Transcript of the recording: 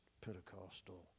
Pentecostal